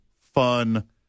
fun